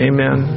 Amen